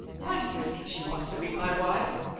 why do you think she wants to be my wife?